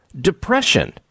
depression